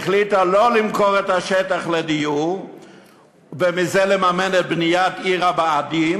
החליטה לא למכור את השטח לדיור ומזה לממן את בניית עיר הבה"דים,